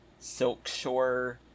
Silkshore